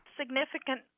significant